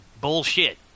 Bullshit